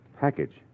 Package